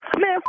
Man